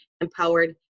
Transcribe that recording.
empowered